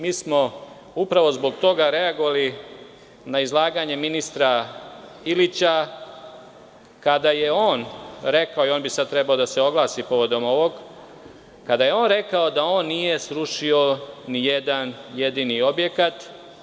Mi smo upravo zbog toga reagovali na izlaganje ministra Ilića kada je rekao, i on bi sada trebao da se oglasi povodom ovoga, da on nije srušio nijedan jedini objekat.